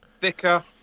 Thicker